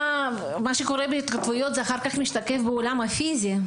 מה שקורה בהתכתבויות משתקף אחר כך בעולם הפיזי.